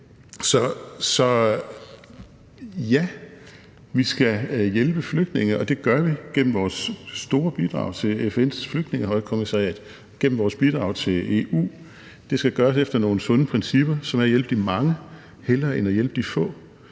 Så ja, vi skal hjælpe flygtninge, og det gør vi gennem vores store bidrag til FN's Flygtningehøjkommissariat og gennem vores bidrag til EU. Det skal gøres efter nogle sunde principper, som er at hjælpe de mange hellere end at hjælpe de få.